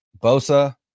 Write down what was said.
Bosa